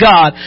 God